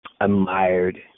admired